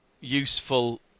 useful